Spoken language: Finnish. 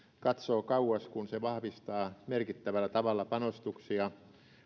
katsoo kauas kun se vahvistaa merkittävällä tavalla panostuksia